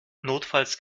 notfalls